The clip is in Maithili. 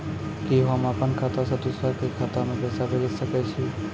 कि होम अपन खाता सं दूसर के खाता मे पैसा भेज सकै छी?